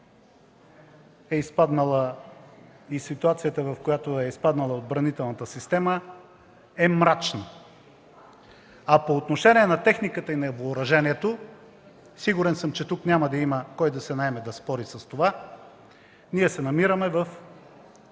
че картината и ситуацията, в която е изпаднала отбранителната система, е мрачна. По отношение на техниката и въоръжението, сигурен съм, че тук няма да има кой да се наеме да спори за това, че ние се намираме в